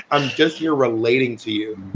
i'm just here relating to you